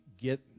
Get